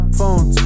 Phones